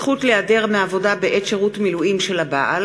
זכות להיעדר מעבודה בעת שירות מילואים של הבעל),